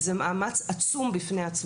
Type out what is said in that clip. זה מאמץ עצום בפני עצמו.